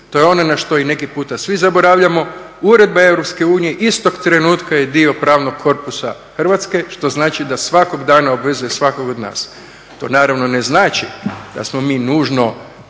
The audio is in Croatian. To je ono na što i neki puta svi zaboravljamo, uredbe Europske unije istog trenutka je dio pravnog korpusa Hrvatske što znači da svakog dana obvezuje svakog od nas. To naravno ne znači da smo mi nužno